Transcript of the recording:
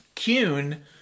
Kuhn